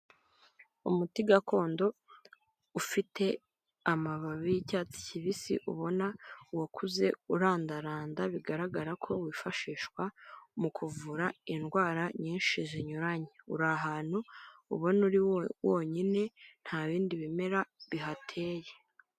Umuti gakondo ufite amababi y'icyatsi kibisi ubona uwakuze urandaranda bigaragara ko wifashishwa mu kuvura indwara nyinshi zinyuranye, uri ahantu ubona uri wonyine nta bindi bimera bihateye.